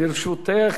לרשותך